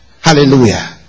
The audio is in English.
hallelujah